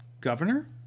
governor